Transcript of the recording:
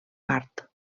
part